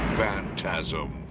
Phantasm